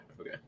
okay